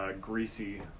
greasy